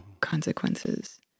consequences